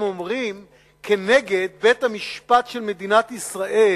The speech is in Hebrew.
אומרים כנגד בית-המשפט של מדינת ישראל,